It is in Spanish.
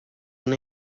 una